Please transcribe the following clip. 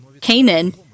Canaan